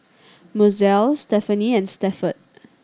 Mozelle Stephenie and Stafford